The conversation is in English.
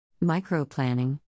Micro-planning